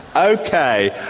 ok.